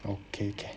okay can